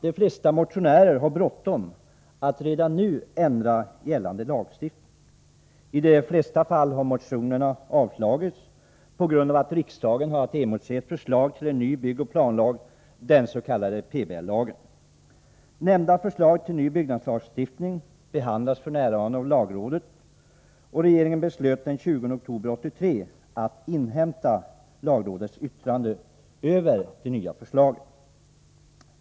De flesta motionärer har bråttom att redan nu ändra gällande lagstiftning, och i de flesta fall har motionerna avslagits på grund av att riksdagen har att emotse förslag till en ny byggoch planlag — den s.k. PBL. Nämnda förslag till ny byggnadslagstiftning behandlas f.n. av lagrådet. Regeringen beslöt den 20 oktober 1983 att inhämta lagrådets yttrande över det nya förslaget.